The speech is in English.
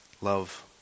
love